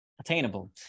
attainable